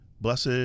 Blessed